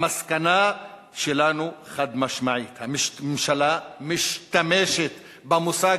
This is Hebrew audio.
המסקנה שלנו חד-משמעית: הממשלה שלנו משתמשת במושג